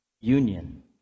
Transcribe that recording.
Union